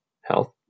health